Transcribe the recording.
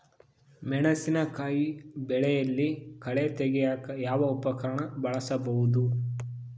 ಮೆಣಸಿನಕಾಯಿ ಬೆಳೆಯಲ್ಲಿ ಕಳೆ ತೆಗಿಯಾಕ ಯಾವ ಉಪಕರಣ ಬಳಸಬಹುದು?